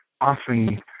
often